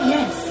Yes